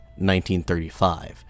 1935